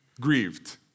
Grieved